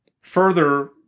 Further